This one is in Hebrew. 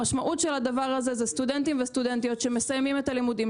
המשמעות של הדבר הזה זה סטודנטים וסטודנטיות שמסיימים את הלימודים